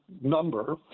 number